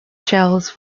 shells